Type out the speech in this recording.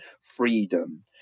freedom